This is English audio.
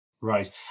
right